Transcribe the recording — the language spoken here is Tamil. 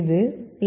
இது 0